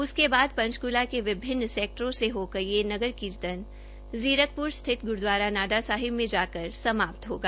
तत्पश्चात् पंचकूला के विभिन्न सैक्टरों से होकर यह नगर कींतन जीरकप्र स्थित गुरूद्वारा नाडा साहिब में जाकर समाप्त होगा